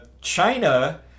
China